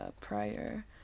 prior